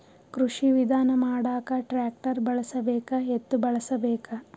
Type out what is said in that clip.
ಕೃಷಿ ವಿಧಾನ ಮಾಡಾಕ ಟ್ಟ್ರ್ಯಾಕ್ಟರ್ ಬಳಸಬೇಕ, ಎತ್ತು ಬಳಸಬೇಕ?